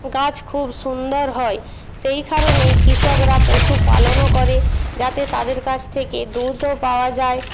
গাছ খুব সুন্দর হয় সেই খারণেই কৃষকরা পশুপালনও করে যাতে তাদের কাছ থেকে দুধও পাওয়া যায়